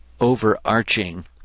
overarching